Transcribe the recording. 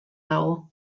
dago